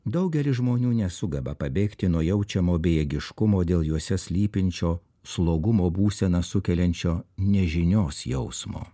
daugelis žmonių nesugeba pabėgti nuo jaučiamo bejėgiškumo dėl juose slypinčio slogumo būseną sukeliančio nežinios jausmo